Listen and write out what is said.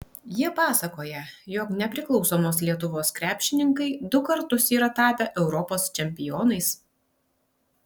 jie pasakoja jog nepriklausomos lietuvos krepšininkai du kartus yra tapę europos čempionais